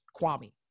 Kwame